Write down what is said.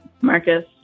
Marcus